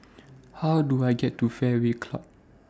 How Do I get to Fairway Club